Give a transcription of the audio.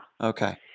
okay